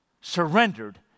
surrendered